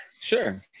sure